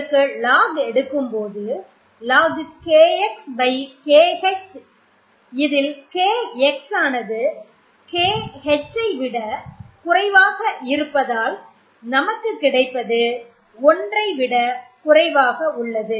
இதற்கு log எடுக்கும்போது போது logKXKHல் KX ஆனது KHஐ விட குறைவாக இருப்பதால் நமக்கு கிடைப்பது 1 ஐ விட குறைவாக உள்ளது